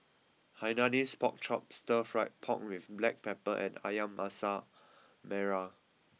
Hainanese Pork Chop Stir Fried Pork with black pepper and Ayam Masak Merah